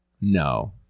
no